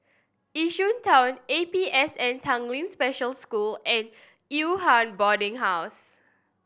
Yishun Town A P S N Tanglin Special School and Yew Hua Boarding House